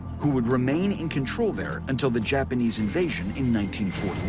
who would remain in control there until the japanese invasion in one